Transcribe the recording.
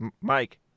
Mike